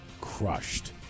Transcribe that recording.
crushed